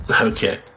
Okay